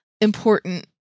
important